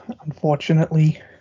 unfortunately